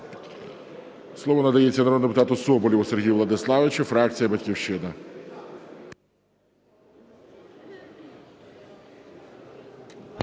Слово надається народному депутату Соболєву Сергію Владиславовичу, фракція "Батьківщина".